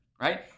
right